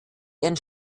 ihren